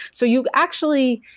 so you actually,